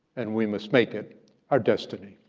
and we must make it our destiny.